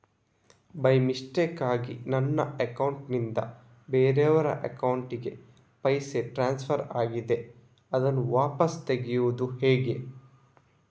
By ಮಿಸ್ಟೇಕಾಗಿ ನನ್ನ account ನಿಂದ ಬೇರೆಯವರ ಅಕೌಂಟ್ ಗೆ ಪೈಸೆ ಟ್ರಾನ್ಸ್ಫರ್ ಆಗಿದೆ ಅದನ್ನು ವಾಪಸ್ ತೆಗೆಯೂದು ಹೇಗೆ?